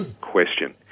question